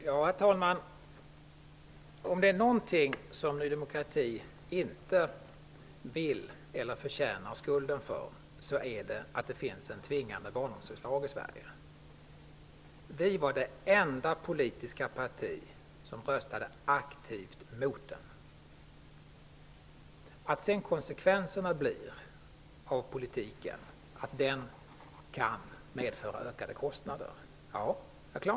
Herr talman! Om det är någonting som Ny demokrati inte vill ha eller förtjänar skulden för är det en tvingande barnomsorgslag i Sverige. Vi var det enda politiska parti som aktivt röstade mot den. Jag är klar över att konsekvenserna av politiken sedan kan bli ökade kostnader.